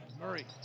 Murray